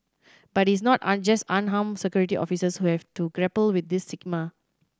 but it's not just unarmed Security Officers who have to grapple with this stigma